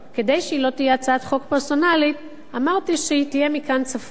כדי שהיא לא תהיה הצעת חוק פרסונלית אמרתי שהיא תהיה מכאן צפונה.